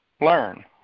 learn